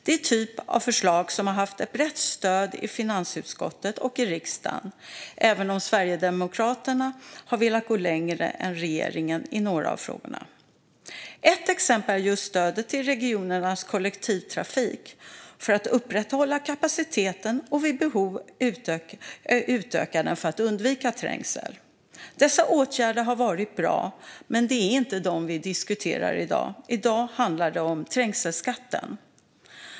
Det är en typ av förslag som har haft ett brett stöd i finansutskottet och i riksdagen, även om Sverigedemokraterna har velat gå längre än regeringen i några av frågorna. Ett exempel är stödet till regionernas kollektivtrafik för att upprätthålla kapaciteten och vid behov utöka den för att undvika trängsel. Dessa åtgärder har varit bra, men det är inte dem vi diskuterar i dag. I dag handlar det om trängselskatten.